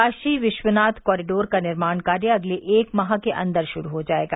Kashi Vishwanath corridor का निर्माण कार्य अगले एक माह के अन्दर शुरू हो जायेगा